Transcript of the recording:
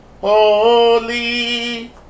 holy